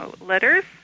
letters